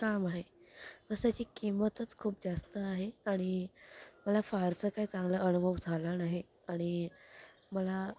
काम आहे असं की किंमतच खूप जास्त आहे आणि मला फारसा काही चांगला अनुभव झाला नाही आणि मला